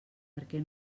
perquè